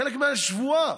חלק מהשבועה.